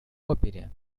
опере